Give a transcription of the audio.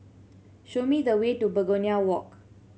show me the way to Begonia Walk